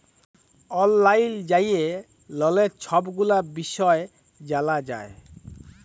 অললাইল যাঁয়ে ললের ছব গুলা বিষয় জালা যায়